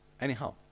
Anyhow